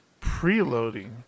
Preloading